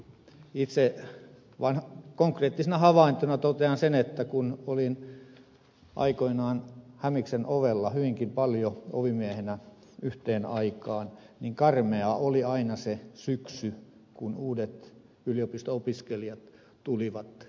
itse konkreettisena havaintona totean sen että kun olin aikoinaan hämiksen ovella hyvinkin paljon ovimiehenä yhteen aikaan niin karmea oli aina se syksy kun uudet yliopisto opiskelijat tulivat hämikselle